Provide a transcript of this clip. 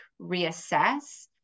reassess